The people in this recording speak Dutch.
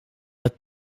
het